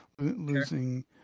losing